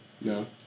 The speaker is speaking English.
No